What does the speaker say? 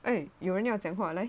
eh 有人要讲话来